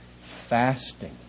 fasting